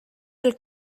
del